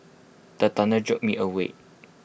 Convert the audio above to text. the thunder jolt me awake